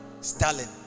Stalin